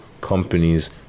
companies